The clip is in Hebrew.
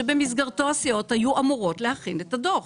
שבמסגרתו הסיעות היו אמורות להכין את הדוח,